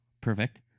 perfect